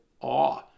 awe